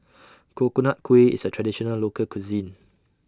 Coconut Kuih IS A Traditional Local Cuisine